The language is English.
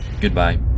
goodbye